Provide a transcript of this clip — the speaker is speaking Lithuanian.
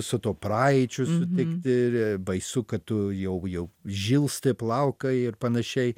su tuo praeičiu sutikti ir baisu kad tu jau jau žilsta plaukai ir panašiai